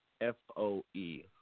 F-O-E